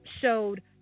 showed